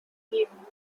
beam